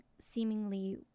seemingly